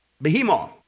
Behemoth